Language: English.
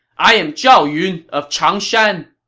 i am zhao yun of changshan!